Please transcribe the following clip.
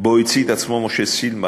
שבו הצית את עצמו משה סילמן,